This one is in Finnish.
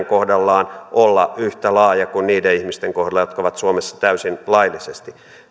kohdallaan olla yhtä laaja kuin niiden ihmisten kohdalla jotka ovat suomessa täysin laillisesti